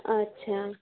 اچھا